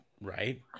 Right